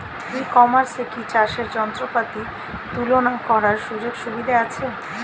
ই কমার্সে কি চাষের যন্ত্রপাতি তুলনা করার সুযোগ সুবিধা আছে?